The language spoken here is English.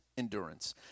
endurance